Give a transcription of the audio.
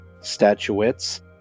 statuettes